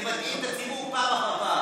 אתם מטעים את הציבור פעם אחר פעם.